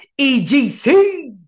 EGC